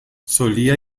solía